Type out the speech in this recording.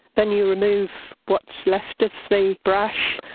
then you remove what's left of the brush.